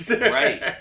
Right